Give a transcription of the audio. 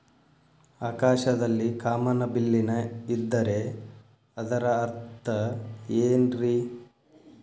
ಆಕಾಶದಲ್ಲಿ ಕಾಮನಬಿಲ್ಲಿನ ಇದ್ದರೆ ಅದರ ಅರ್ಥ ಏನ್ ರಿ?